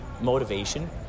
motivation